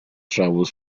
travels